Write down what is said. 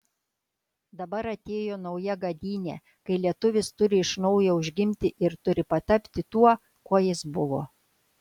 dabar atėjo nauja gadynė kai lietuvis turi iš naujo užgimti ir turi patapti tuo kuo jis buvo